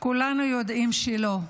כולנו יודעים שלא.